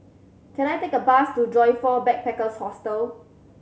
can I take a bus to Joyfor Backpackers' Hostel